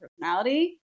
personality